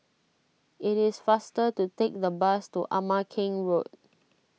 it is faster to take the bus to Ama Keng Road